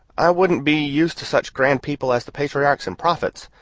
i wouldn't be used to such grand people as the patriarchs and prophets,